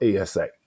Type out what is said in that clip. ASA